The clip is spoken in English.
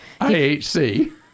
IHC